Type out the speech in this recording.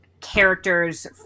characters